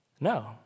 No